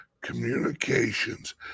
communications